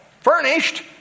furnished